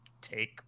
take